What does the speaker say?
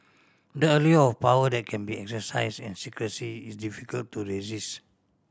the allure of power that can be exercise in secrecy is difficult to resist